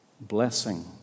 blessing